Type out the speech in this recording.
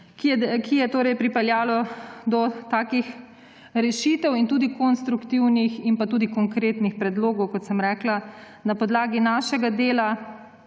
ki je pripeljalo do takih rešitev in tudi konstruktivnih in tudi konkretnih predlogov, kot sem rekla. Na podlagi našega dela